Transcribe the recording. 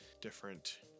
different